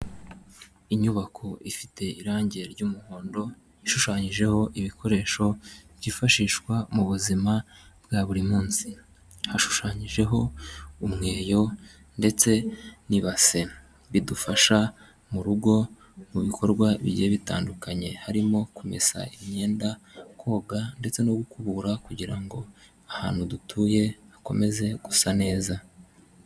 Inyubako ifite irangi ry'umuhondo, ishushanyijeho ibikoresho byifashishwa mu buzima bwa buri munsi. Hashushanyijeho umweyo ndetse n'ibase, bidufasha mu rugo mu bikorwa bigiye bitandukanye; harimo kumesa imyenda, koga ndetse no gukubura kugira ngo ahantu dutuye hakomeze gusa neza.